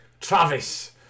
Travis